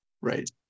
Right